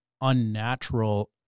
unnatural